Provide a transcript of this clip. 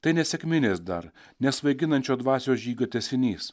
tai ne sekminės dar ne svaiginančio dvasios žygio tęsinys